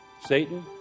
Satan